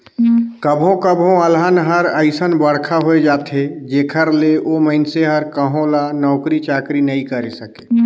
कभो कभो अलहन हर अइसन बड़खा होए जाथे जेखर ले ओ मइनसे हर कहो ल नउकरी चाकरी नइ करे सके